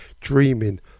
Dreaming